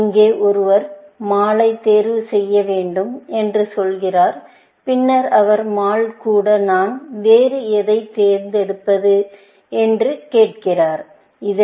இங்கே ஒருவர் மாலைத் தேர்வு செய்ய வேண்டும் என்று சொல்கிறார் பின்னர் அவர் மால் கூட நான் வேறு எதை தேட வேண்டும் என்று கேட்கிறீர்கள்